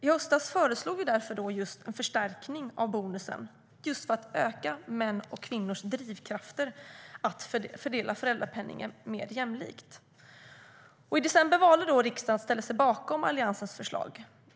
I höstas föreslog vi därför en förstärkning av bonusen för att öka mäns och kvinnors drivkrafter att fördela föräldrapenningen mer jämlikt.I december valde riksdagen att ställa sig bakom Alliansens förslag.